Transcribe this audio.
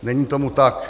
Není tomu tak.